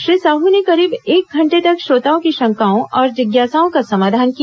श्री साहू ने करीब एक घंटे तक श्रोताओं की शंकाओं और जिज्ञासाओं का समाधान किया